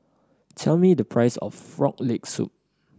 tell me the price of Frog Leg Soup